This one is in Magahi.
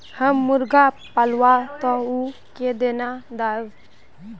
हम मुर्गा पालव तो उ के दाना देव?